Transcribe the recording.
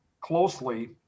closely